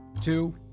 Two